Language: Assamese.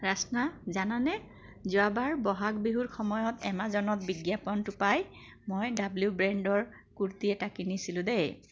ৰাস্না জানানে যোৱাবাৰ বহাগ বিহুৰ সময়ত এমাজনত বিজ্ঞাপনটো পাই মই ডাব্লিউ ব্ৰেণ্ডৰ কুৰ্তী এটা কিনিছিলোঁ দেই